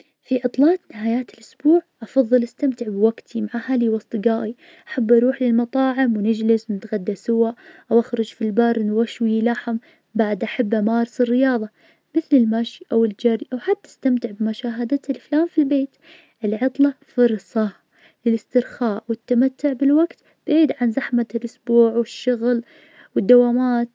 أحب احتفل بعيد ميلادى بطريقتي الخاصة, عادةً أجمع اهلي وأصدجائي في البيت, ونسوي حفلة بسيطة, نجلس, ناكل, ناكل الحلويات, وأحب أعمل كعكة مميزة, أحب بعد نلعب ألعاب جماعية, نضحك مع بعض, ونسولف, وطجطج, والأهم أستمتع باللحظات الحلوة, مع الناس اللي أحبهم والجريبين مني.